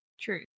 true